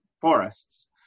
forests